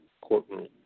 courtroom